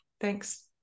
Thanks